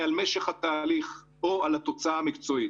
על משך התהליך או על התוצאה המקצועית.